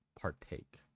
partake